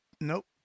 Nope